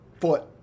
foot